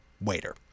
waiter